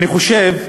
אני חושב שהוא,